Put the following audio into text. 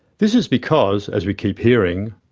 this is because, as we keep hearing,